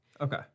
okay